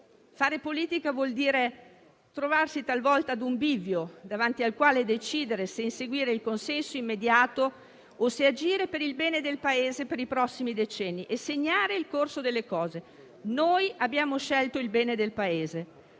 Fare politica vuol dire trovarsi talvolta a un bivio, davanti al quale decidere se inseguire il consenso immediato o se agire per il bene del Paese per i prossimi decenni e segnare il corso delle cose. Noi abbiamo scelto il bene del Paese.